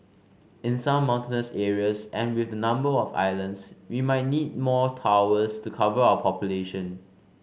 in some mountainous areas and with the number of islands we might need more towers to cover our population